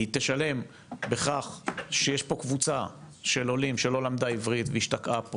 היא תשלם בכך שיש פה קבוצה של עולים שלא למדה עברית והשתקעה פה,